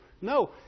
No